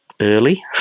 early